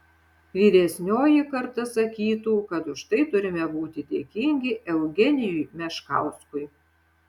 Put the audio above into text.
vyresnioji karta sakytų kad už tai turime būti dėkingi eugenijui meškauskui